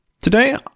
Today